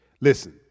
Listen